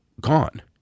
gone